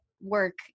work